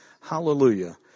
Hallelujah